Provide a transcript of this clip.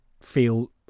feel